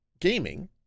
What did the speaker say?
gaming